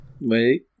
Wait